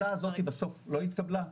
בסוף,